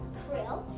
krill